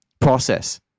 process